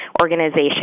organization